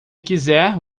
quiser